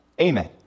Amen